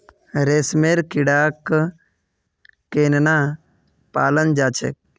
रेशमेर कीड़ाक केनना पलाल जा छेक